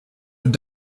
have